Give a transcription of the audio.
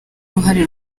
uruhare